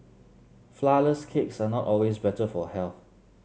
flourless cakes are not always better for health